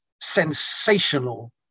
sensational